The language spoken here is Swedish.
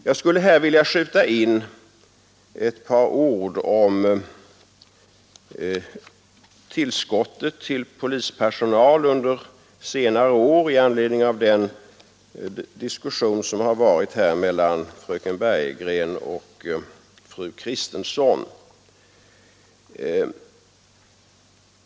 Jag skulle här vilja skjuta in ett par ord om tillskottet av polispersonal under senare år, i anledning av den diskussion som har förts mellan fröken Bergegren och fru Kristensson.